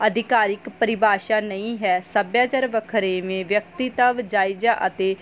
ਅਧਿਕਾਰਿਤ ਪਰਿਭਾਸ਼ਾ ਨਹੀਂ ਹੈ ਸੱਭਿਆਚਾਰ ਵਖਰੇਵੇਂ ਵਿਅਕਤੀਤਵ ਜਾਇਜਾ ਅਤੇ